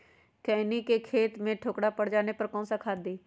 खैनी के खेत में ठोकरा पर जाने पर कौन सा खाद दी?